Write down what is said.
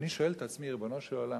ואני שואל את עצמי, ריבונו של עולם,